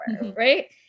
right